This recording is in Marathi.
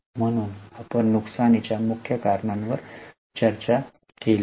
म्हणून आपण नुकसानीच्या मुख्य कारणांवर चर्चा केली आहे